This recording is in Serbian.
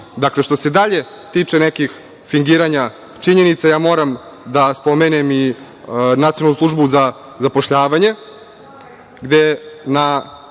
mi. Dakle, što se tiče dalje nekih fingiranja činjenica, ja moram da spomenem i Nacionalnu službu za zapošljavanje, gde na